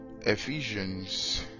Ephesians